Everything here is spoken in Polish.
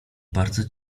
bardzo